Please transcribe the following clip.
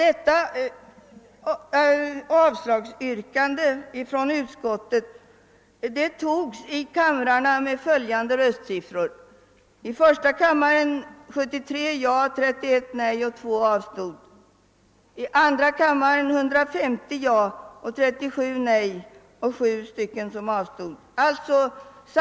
Detta avslagsyrkande från utskottet bifölls i kamrarna med följande röstsiffror: i första kammaren med 73 ja, 31 nej och 2 avstår samt i andra kammaren med 150 ja, 37 nej och 7 avstår.